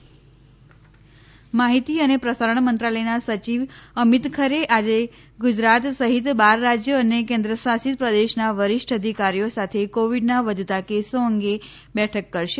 માહિતી પ્રસારણ સચિવ માહિતી અને પ્રસારણ મંત્રાલયના સચિવ અમિત ખરે આજે ગુજરાત સહિત બાર રાજયો અને કેન્દ્રશાસિત પ્રદેશના વરિષ્ઠ અધિકારીઓ સાથે કોવિડના વધતા કેસો અંગે બેઠક કરશે